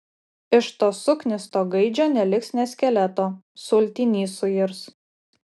iš to suknisto gaidžio neliks nė skeleto sultiny suirs